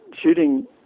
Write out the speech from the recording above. shooting